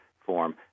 form